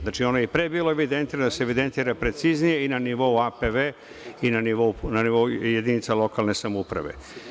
Znači, i pre je ono bilo evidentirano, ali da se evidentira preciznije i na nivou APV i na nivou jedinica lokalne samouprave.